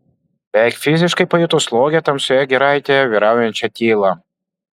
beveik fiziškai pajuto slogią tamsioje giraitėje vyraujančią tylą